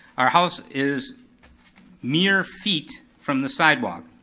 our house is mere feet from the sidewalk.